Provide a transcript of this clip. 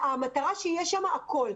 המטרה היא שיהיה שם הכול.